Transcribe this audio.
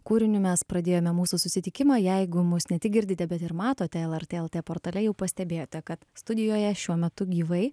kūriniu mes pradėjome mūsų susitikimą jeigu mus ne tik girdite bet ir matote lrt lt portale jau pastebėjote kad studijoje šiuo metu gyvai